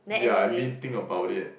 ya I mean think about it